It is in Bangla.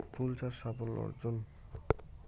ফুল চাষ সাফল্য অর্জন?